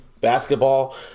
basketball